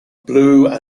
blue